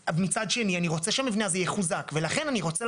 מצד שני, אני רוצה שהמבנה הזה יחוזק.